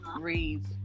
Reads